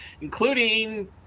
including